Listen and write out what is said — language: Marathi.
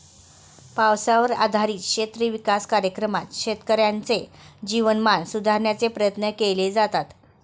पावसावर आधारित क्षेत्र विकास कार्यक्रमात शेतकऱ्यांचे जीवनमान सुधारण्याचे प्रयत्न केले जातात